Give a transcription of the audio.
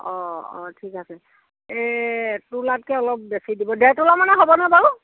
অ অ ঠিক আছে এই এতোলাতকৈ অলপ বেছি দিব ডেৰ তোলামানত হ'বনে বাৰু